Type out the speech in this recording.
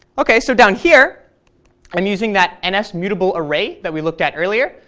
okay, so down here i'm using that and ah nsmutablearray that we looked at earlier.